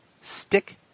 Stick